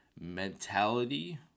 mentality